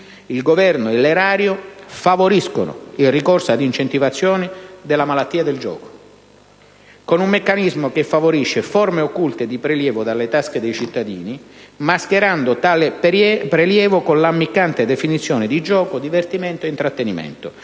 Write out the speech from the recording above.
il Governo e l'erario favoriscono il ricorso all'incentivazione della malattia del gioco, con un meccanismo che favorisce «forme occulte di prelievo dalle tasche dei cittadini, mascherando tale prelievo con l'ammiccante definizione di gioco, divertimento e intrattenimento»: